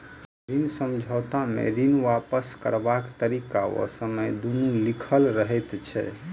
ऋण समझौता मे ऋण वापस करबाक तरीका आ समय दुनू लिखल रहैत छै